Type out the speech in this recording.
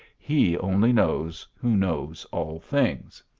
he only knows who knows all things.